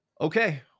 okay